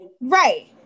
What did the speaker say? Right